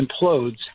implodes